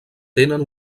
tenen